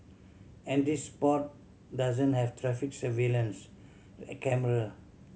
and this spot doesn't have traffic surveillance a camera